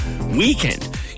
weekend